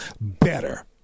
better